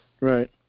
Right